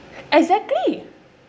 exactly